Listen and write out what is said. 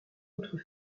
autre